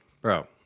Bro